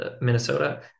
Minnesota